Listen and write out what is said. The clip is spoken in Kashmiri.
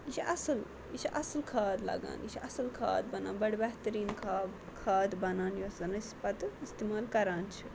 یہِ چھِ اَصٕل یہِ چھِ اَصٕل کھاد لَگان یہِ چھِ اَصٕل کھاد بَنان بَڑٕ بہتریٖن کھاد بَنان یۄس زَن أسۍ پَتہٕ اِستعمال کَران چھِ